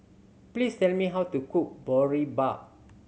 please tell me how to cook Boribap